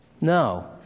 No